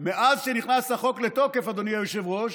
מאז שנכנס החוק לתוקף, אדוני היושב-ראש,